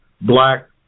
black